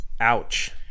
ouch